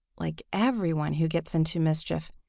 like everyone who gets into mischief,